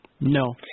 No